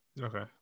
okay